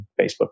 Facebook